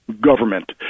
government